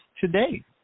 today